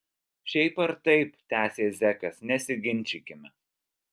šiaip ar taip tęsė zekas nesiginčykime